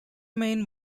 main